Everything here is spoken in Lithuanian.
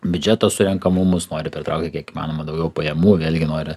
biudžeto surenkamumus nori pritraukti kiek įmanoma daugiau pajamų vėlgi nori